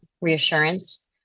reassurance